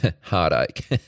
heartache